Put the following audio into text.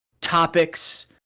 topics